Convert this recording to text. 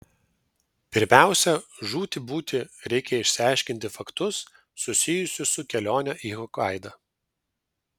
pirmiausia žūti būti reikia išaiškinti faktus susijusius su kelione į hokaidą